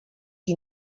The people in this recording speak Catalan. que